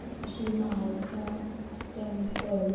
Shri Mahalsa temple